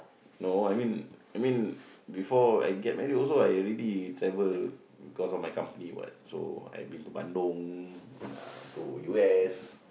no I mean I mean before I get married also [what] I already travel because of my company [what] so I been to Bandung uh to U_S